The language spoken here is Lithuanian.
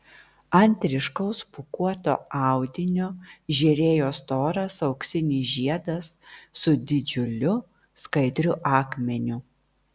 ant ryškaus pūkuoto audinio žėrėjo storas auksinis žiedas su didžiuliu skaidriu akmeniu